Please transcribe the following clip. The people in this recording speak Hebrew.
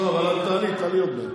אבל את תעלי, תעלי עוד מעט.